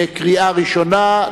בקריאה ראשונה.